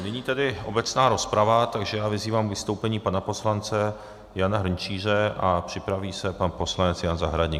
Nyní tedy obecná rozprava, takže já vyzývám k vystoupení pana poslance Jana Hrnčíře a připraví se pan poslanec Jan Zahradník.